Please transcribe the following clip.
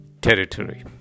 territory